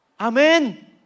Amen